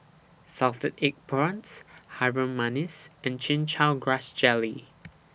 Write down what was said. Salted Egg Prawns Harum Manis and Chin Chow Grass Jelly